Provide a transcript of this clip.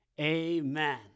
amen